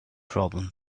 problem